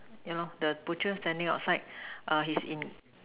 yeah lor the butcher standing outside err he's in